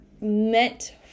meant